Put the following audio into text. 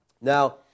Now